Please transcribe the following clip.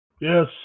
yes